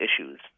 issues